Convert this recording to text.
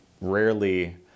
rarely